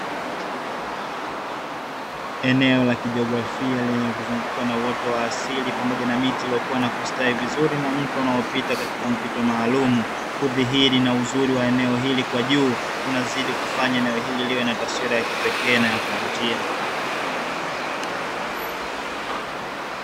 Eneo la kijografia lenye kuzungukwa na uoto wa asili pamoja na miti iliyokuwa na kustawi vizuri na mto unaopita katika mapito maalumu, kudhihiri na uzuri wa eneo hili kwa juu, kunazidi kufanya neno hili liwe na taswira ya kipekee na ya kuvutia.